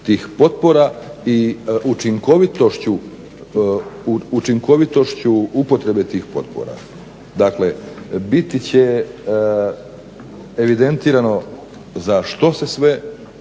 tih potpora i učinkovitošću upotrebe tih potpora. Dakle, biti će evidentirano za što se sve